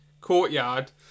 courtyard